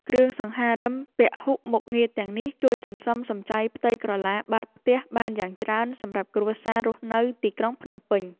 គ្រឿងសង្ហារិមពហុមុខងារទាំងនេះជួយសន្សំសំចៃផ្ទៃក្រឡាបាតផ្ទះបានយ៉ាងច្រើនសម្រាប់គ្រួសាររស់នៅទីក្រុងភ្នំពេញ។